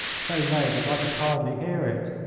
so low that i could hardly hear it.